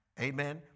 Amen